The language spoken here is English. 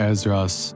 Ezras